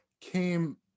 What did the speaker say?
came